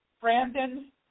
Brandon